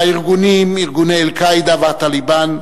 והארגונים, ארגוני "אל-קאעידה" וה"טליבאן",